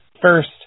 First